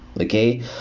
okay